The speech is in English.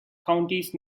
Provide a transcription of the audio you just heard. counties